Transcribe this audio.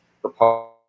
proposed